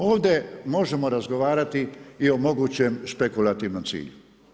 Ovdje možemo razgovarati i o mogućem špekulativnom cilju.